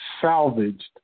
salvaged